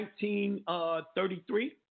1933